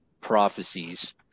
prophecies